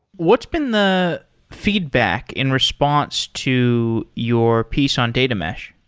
what's been the feedback in response to your piece on data mesh?